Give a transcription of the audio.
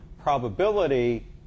probability